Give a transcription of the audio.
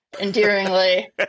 Endearingly